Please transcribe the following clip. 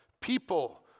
People